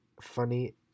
funny